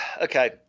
okay